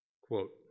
quote